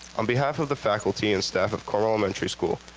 on behalf of the faculty and staff of cornwall elementary school,